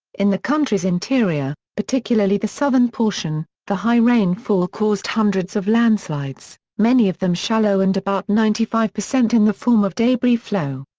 in the country's interior, particularly the southern portion, the high rainfall caused hundreds of landslides, many of them shallow and about ninety five percent in the form of debris flow.